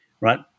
right